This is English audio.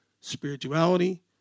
Spirituality